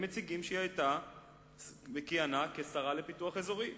הם אומרים שהיא כיהנה כשרה לפיתוח אזורי.